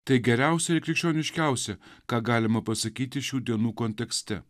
tai geriausia ir krikščioniškiausia ką galima pasakyti šių dienų kontekste